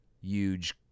huge